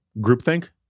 groupthink